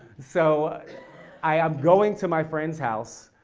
so i am going to my friends house.